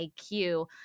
IQ